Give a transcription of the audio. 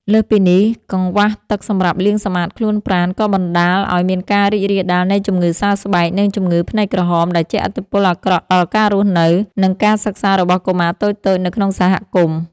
លើសពីនេះ កង្វះទឹកសម្រាប់លាងសម្អាតខ្លួនប្រាណ ក៏បណ្ដាលឱ្យមានការរីករាលដាលនៃជំងឺសើស្បែក និងជំងឺភ្នែកក្រហម ដែលជះឥទ្ធិពលអាក្រក់ដល់ការរស់នៅ និងការសិក្សារបស់កុមារតូចៗនៅក្នុងសហគមន៍។